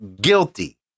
guilty